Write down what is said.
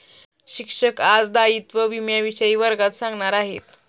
शिक्षक आज दायित्व विम्याविषयी वर्गात सांगणार आहेत